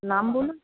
নাম বলুন